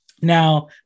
Now